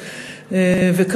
שופט.